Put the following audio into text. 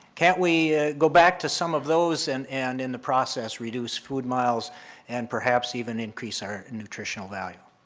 can't we go back to some of those and and, in the process, reduce food miles and perhaps even increase our nutritional value?